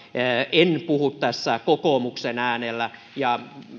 en puhu tässä kokoomuksen äänellä ja